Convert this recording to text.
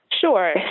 Sure